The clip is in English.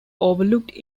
overlooked